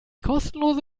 kostenlose